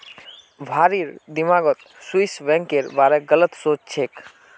भारिर दिमागत स्विस बैंकेर बारे गलत सोच छेक